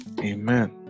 amen